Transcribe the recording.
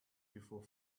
before